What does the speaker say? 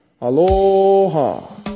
Aloha